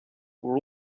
were